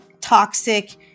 toxic